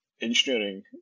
engineering